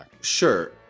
Sure